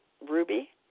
Ruby